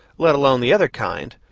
let alone the other kind,